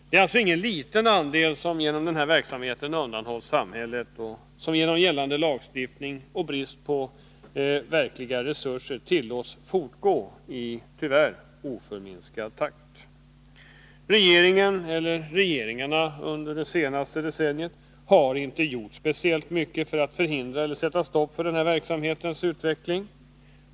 Det är alltså ingen liten andel som genom denna verksamhet undanhålls samhället, och genom gällande lagstiftning och brist på verkliga resurser tillåts detta fortgå i, tyvärr, oförminskad takt. Regeringarna under de senaste decennierna har inte gjort speciellt mycket för att sätta stopp för denna verksamhets utveckling.